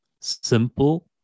simple